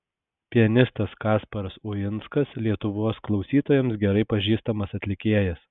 pianistas kasparas uinskas lietuvos klausytojams gerai pažįstamas atlikėjas